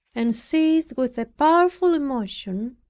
and seized with a powerful emotion,